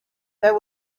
there